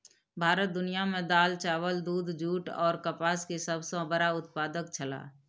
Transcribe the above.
भारत दुनिया में दाल, चावल, दूध, जूट और कपास के सब सॉ बड़ा उत्पादक छला